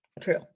True